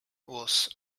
was